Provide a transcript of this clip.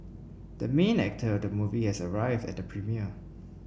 the main actor of the movie has arrived at the premiere